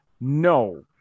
No